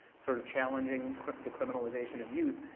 sort of, challenging the criminalization of youth,